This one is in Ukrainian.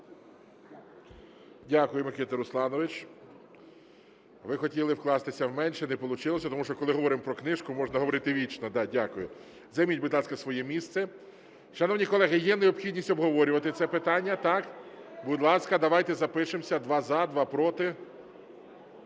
Дякую, Микита Русланович. Ви хотіли вкластися в менше – не получилося, тому що коли говоримо про книжку, можна говорити вічно. Дякую. Займіть, будь ласка, своє місце. Шановні колеги, є необхідність обговорювати це питання, так? Будь ласка, давайте запишемося: два – за, два – проти.